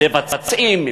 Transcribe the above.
מבצעים,